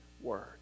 word